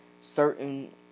certain